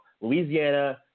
Louisiana